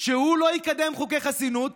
שהוא לא יקדם חוקי חסינות,